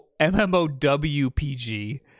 MMOWPG